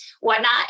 whatnot